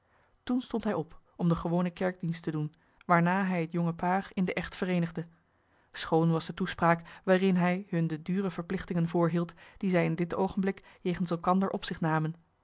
toen stond hij op om den gewonen kerkdienst te doen waarna hij het jonge paar in den echt vereenigde schoon was de toespraak waarin hij hun de dure verplichtingen voorhield die zij in dit oogenblik jegens elkander op zich namen